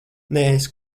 neesi